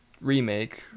remake